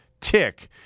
tick